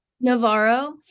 Navarro